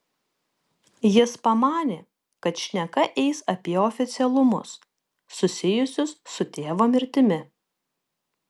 jis pamanė kad šneka eis apie oficialumus susijusius su tėvo mirtimi